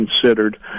considered